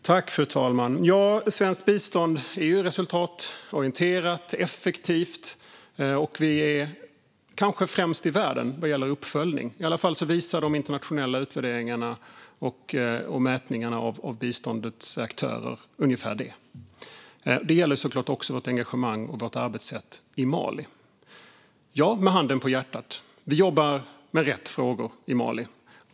Fru talman! Svenskt bistånd är resultatorienterat och effektivt. Och vi är kanske främst i världen vad gäller uppföljning. I alla fall visar de internationella utvärderingarna och mätningarna av biståndets aktörer ungefär detta. Det gäller såklart också vårt engagemang och vårt arbetssätt i Mali. Ja, med handen på hjärtat, vi jobbar med rätt frågor i Mali.